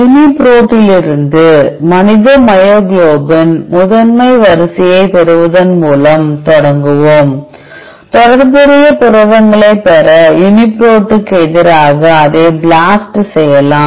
யுனிபிரோட்டிலிருந்து மனித மயோகுளோபின் முதன்மை வரிசையைப் பெறுவதன் மூலம் தொடங்குவோம் தொடர்புடைய புரதங்களைப் பெற யூனிபிரோட்டுக்கு எதிராக அதை பிளாஸ்ட்டு செய்யலாம்